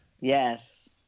yes